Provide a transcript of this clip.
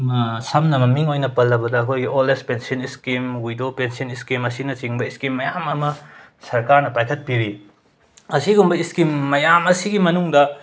ꯁꯝꯅ ꯃꯃꯤꯡ ꯑꯣꯏꯅ ꯄꯜꯂꯕꯗ ꯑꯩꯈꯣꯏꯒꯤ old age pension scheme widow pension scheme ꯑꯁꯤꯅꯆꯤꯡꯕ ꯁ꯭ꯀꯤꯝ ꯃꯌꯥꯝ ꯑꯃ ꯁꯔꯀꯥꯔꯅ ꯄꯥꯈꯠꯄꯤꯔꯤ ꯑꯁꯤꯒꯨꯝꯕ ꯁ꯭ꯀꯤꯝ ꯃꯌꯥꯝ ꯑꯁꯤꯒꯤ ꯃꯅꯨꯡꯗ